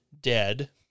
dead